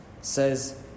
says